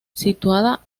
situada